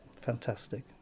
fantastic